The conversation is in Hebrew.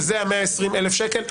וזה ה-120,000 שקל,